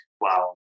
wow